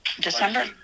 December